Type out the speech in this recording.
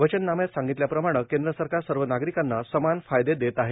वचननाम्यात सांगितल्याप्रमाणे केंद्र सरकार सर्व नागरिकांना समान फायदे देत आहे